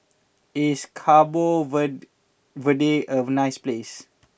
is Cabo vent Verde a nice place